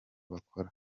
bakora